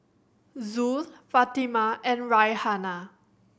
Zul Fatimah and Raihana